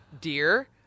Dear